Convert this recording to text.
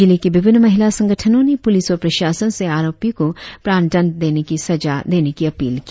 जिले के विभिन्न महिला संगठनों ने पुलिस व प्रशासन से आरोपी को प्राणढंड की सजा देने की अपील की